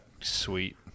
Sweet